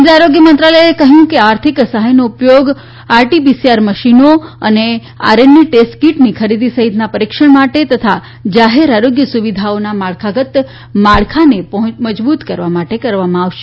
કેન્દ્રીય આરોગ્ય મંત્રાલયે કહ્યું કે આર્થિક સહાયનો ઉપયોગ આરટી પીસીઆર મશીનો અને આરએનએ ટેસ્ટ કીટની ખરીદી સહિતના પરીક્ષણ માટે તથા જાહેર આરોગ્ય સુવિધાઓના માળખાગત માળખાને મજબૂત કરવા માટે કરવામાં આવશે